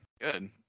Good